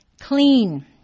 Clean